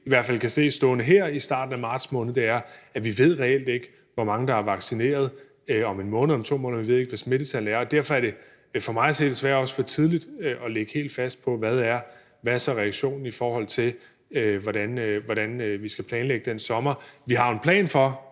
i hvert fald stående her i starten af marts måned kan se, er, at vi reelt ikke ved, hvor mange der er vaccineret om 1 måned eller om 2 måneder, og at vi ikke ved, hvad smittetallene er, og derfor er det for mig at se desværre også for tidligt at lægge sig helt fast på, hvad reaktionen så er i forhold til hvordan vi skal planlægge den sommer. Vi har jo en plan for,